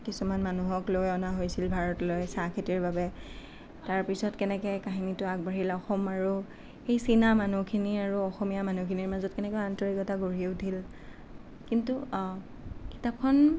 কিছুমান মানুহক লৈ অনা হৈছিল ভাৰতলৈ চাহ খেতিৰ বাবে তাৰ পিছত কেনেকে কাহিনীটো আগ বাঢ়িল অসম আৰু সেই চীনা মানুহখিনি আৰু অসমীয়া মানুহখিনিৰ মাজত কেনেকৈ আন্তৰিকতা গঢ়ি উঠিল কিন্তু কিতাপখন